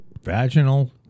Vaginal